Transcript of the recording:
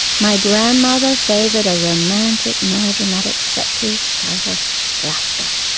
my grandmother favoured a romantic, melodramatic set piece titled laska.